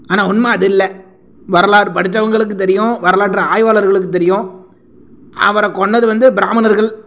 ஆனால் உண்மை அது இல்லை வரலாறு படிச்சவங்களுக்கு தெரியும் வரலாற்று ஆய்வாளர்களுக்கு தெரியும் அவரை கொன்னது வந்து பிராமணர்கள்